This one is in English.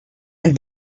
and